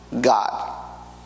God